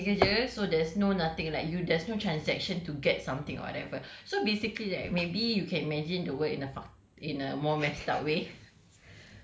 ah ya ya tak payah pergi kerja so there's no nothing like you there's no transaction to get something or whatever so basically right maybe you can imagine the world in a fuc~ in a more messed up way